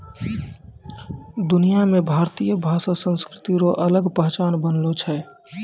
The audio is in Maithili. दुनिया मे भारतीय भाषा संस्कृति रो अलग पहचान बनलो छै